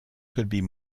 could